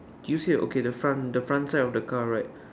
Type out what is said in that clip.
do you see a okay the front the front side of the car right